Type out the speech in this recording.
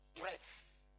Breath